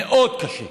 מאוד קשה.